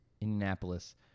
Indianapolis